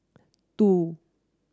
two